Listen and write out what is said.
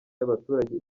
y’abaturage